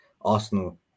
Arsenal